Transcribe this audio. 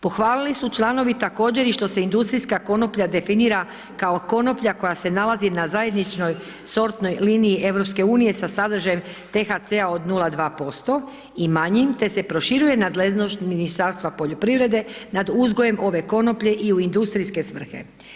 Pohvalili su članovi također i što se industrijska konoplja definira kao konoplja koja se nalazi na zajedničkoj sortnoj liniji EU-a sa sadržajem TCH-a od 0,2% i manjim te se proširuje nadležnost Ministarstva poljoprivrede nad uzgojem ove konoplje i u industrijske svrhe.